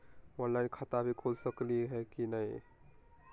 Online खाता भी खुल सकली है कि नही?